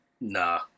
Nah